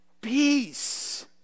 peace